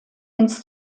ins